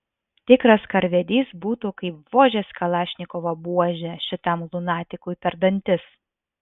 tikras karvedys būtų kaip vožęs kalašnikovo buože šitam lunatikui per dantis